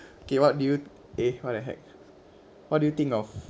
okay what do you eh what the heck what do you think of